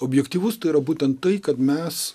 objektyvus tai yra būtent tai kad mes